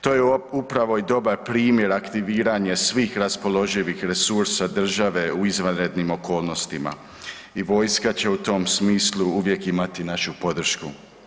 To je upravo i dobar primjer, aktiviranje svih raspoloživih resursa države u izvanrednim okolnostima i vojska će u tom smislu uvijek imati našu podršku.